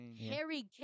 Harry